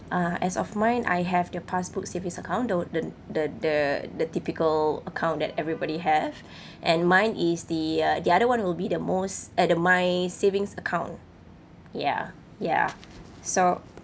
uh as of mine I have their passbook savings account the the the the typical account that everybody have and mine is the uh the other [one] will be the most uh the my savings account ya ya so